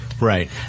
Right